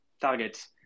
targets